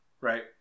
right